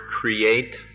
create